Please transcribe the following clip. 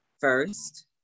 First